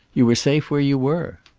you were safe where you were.